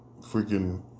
freaking